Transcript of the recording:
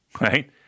Right